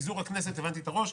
אבל הבנתי את הראש,